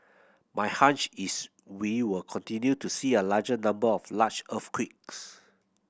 my hunch is we will continue to see a larger number of large earthquakes